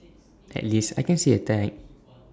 at least I can see A tag